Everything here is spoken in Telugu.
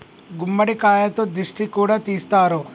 గుమ్మడికాయతో దిష్టి కూడా తీస్తారు